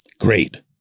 great